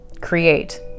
create